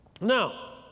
Now